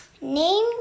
name